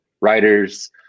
writers